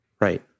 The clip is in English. Right